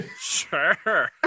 Sure